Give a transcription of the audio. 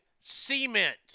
cement